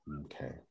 Okay